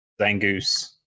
Zangoose